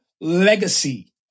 legacy